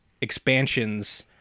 expansions